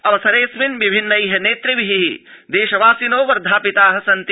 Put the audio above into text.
अवसरेऽस्मिन् विभिन्नै नेतृभि देशवासिनो वर्धापिता सन्ति